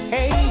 Hey